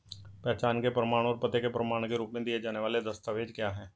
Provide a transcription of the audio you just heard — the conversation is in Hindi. पहचान के प्रमाण और पते के प्रमाण के रूप में दिए जाने वाले दस्तावेज क्या हैं?